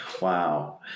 Wow